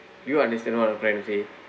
you understand what I'm trying to say